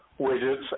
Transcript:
widgets